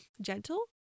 gentle